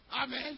Amen